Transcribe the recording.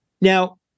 Now